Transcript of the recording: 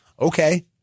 okay